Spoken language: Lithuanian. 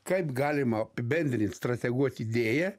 kaip galima apibendrint strateguot idėją